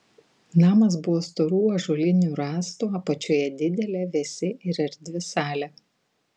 namas buvo storų ąžuolinių rąstų apačioje didelė vėsi ir erdvi salė